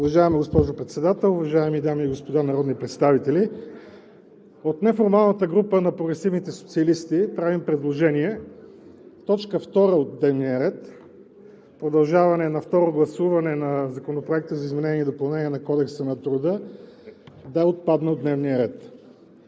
Уважаема госпожо Председател, уважаеми дами и господа народни представители! От неформалната група на прогресивните социалисти правим предложение точка втора – продължение на Второ гласуване на Законопроекта за изменение и допълнение на Кодекса на труда, да отпадне от дневния ред.